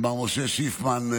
מר משה שיפמן,